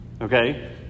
Okay